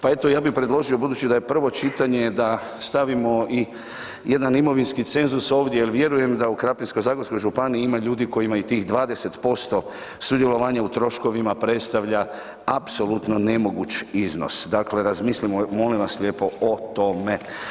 Pa eto ja bi predložio, budući da je prvo čitanje, da stavimo i jedan imovinski cenzus ovdje jer vjerujem da u Krapinsko-zagorskoj županiji ima ljudi kojima i tih 20% sudjelovanja u troškovima predstavlja apsolutno nemoguć iznos, dakle razmislimo molim vas lijepo o tome.